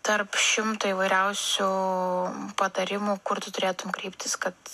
tarp šimto įvairiausių patarimų kur tu turėtum kreiptis kad